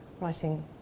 writing